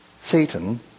Satan